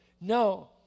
No